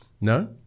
No